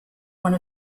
one